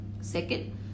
Second